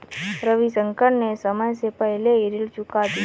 रविशंकर ने समय से पहले ही ऋण चुका दिया